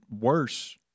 worse